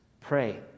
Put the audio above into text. pray